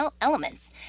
elements